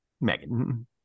Megan